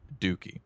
Dookie